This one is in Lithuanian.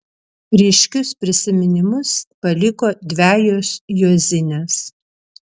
ryškius prisiminimus paliko dvejos juozinės